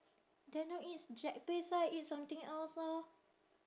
then don't eat jack's place lah eat something else lor